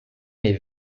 mes